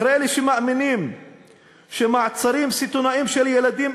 אחרי אלה שמאמינים שמעצרים סיטוניים של ילדים,